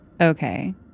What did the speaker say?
Okay